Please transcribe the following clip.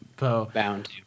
Bound